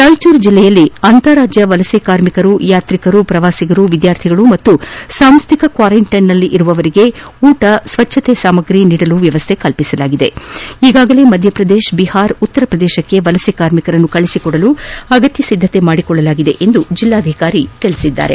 ರಾಯಚೂರು ಜಿಲ್ಲೆಯಲ್ಲಿ ಅಂತಾರಾಜ್ಯ ವಲಸೆ ಕಾರ್ಮಿಕರು ಯಾತ್ರಿಕರು ಪ್ರವಾಸಿಗರು ವಿದ್ಯಾರ್ಥಿಗಳು ಹಾಗೂ ಸಾಂಸ್ಟಿಕ ಕ್ವಾರಂಟೈನ್ನಲ್ಲಿ ಇರುವವರಿಗೆ ಉಟ ಸ್ವಚ್ಛತೆ ಸಾಮಗ್ರಿ ನೀಡಲು ವ್ಯವಸ್ಥೆ ಮಾಡಲಾಗಿದೆ ಈಗಾಗಲೇ ಮಧ್ಯಪ್ರದೇಶ ಬಿಹಾರ ಉತ್ತರ ಪ್ರದೇಶಕ್ಕೆ ವಲಸೆ ಕಾರ್ಮಿಕರನ್ನು ಕಳುಹಿಸಿಕೊಂಡಲು ಅಗತ್ಯ ಸಿದ್ದತೆ ಮಾಡಿಕೊಳ್ಳಲಾಗಿದೆ ಎಂದು ಜಿಲ್ಲಾಧಿಕಾರಿ ತಿಳಿಸಿದ್ದಾರೆ